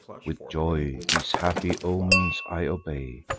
with joy, these happy omens i obey,